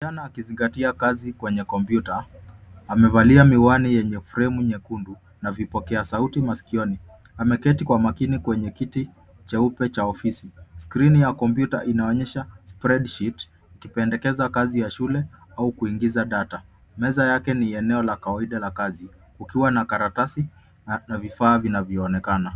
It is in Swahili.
Mschana akizingatia kazi kwenye kompyuta amevalia miwani yenye fremu nyekundu na vipokea sauti masikioni. Ameketi kwa makini kwenye kiti cheupe cha ofisi. Skrini ya kompyuta inaonyesha spreadsheet ikipendekeza kazi ya shule au kuingiza data. Meza yake ni eneo la kawaida la kazi ikiwa na karatasi na vifaa vinavyoonekana.